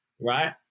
right